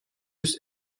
yüz